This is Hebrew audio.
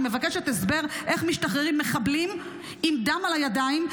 אני מבקשת הסבר איך משתחררים מחבלים עם דם על הידיים,